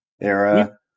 era